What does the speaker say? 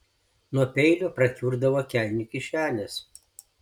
nuo peilio prakiurdavo kelnių kišenės